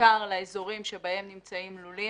ובעיקר לאזורים שבהם נמצאים לולים.